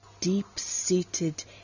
deep-seated